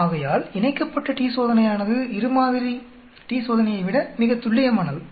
ஆகையால் இணைக்கப்பட்ட t சோதனையானது இரு மாதிரி t சோதனையை விட மிகத் துல்லியமானது